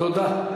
תודה.